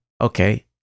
Okay